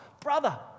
Brother